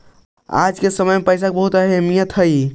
आज के समय में पईसा के बहुत अहमीयत हई